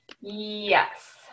Yes